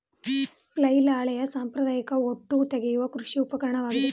flail ಹಳೆಯ ಸಾಂಪ್ರದಾಯಿಕ ಹೊಟ್ಟು ತೆಗೆಯುವ ಕೃಷಿ ಉಪಕರಣವಾಗಿದೆ